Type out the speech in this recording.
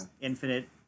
infinite